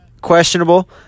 questionable